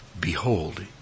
Behold